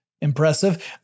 impressive